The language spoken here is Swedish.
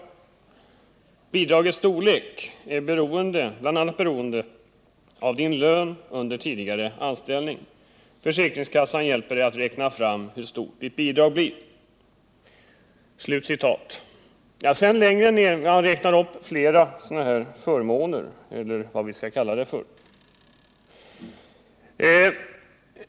Bidragets storlek är bl.a. beroende av Din lön under tidigare anställning. Försäkringskassan hjälper Dig att räkna fram hur stort Ditt bidrag blir.” Längre ner räknar man upp flera sådana här ”förmåner” eller vad vi skall kalla dem för.